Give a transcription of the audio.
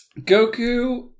Goku